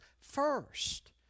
first